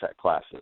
classes